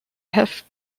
have